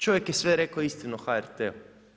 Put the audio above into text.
Čovjek je sve rekao istinu o HRT-u.